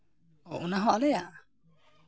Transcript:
ᱚ ᱚᱱᱟᱦᱚᱸ ᱟᱞᱮᱭᱟᱜ